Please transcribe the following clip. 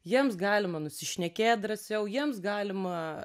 jiems galima nusišnekėt drąsiau jiems galima